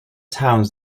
towns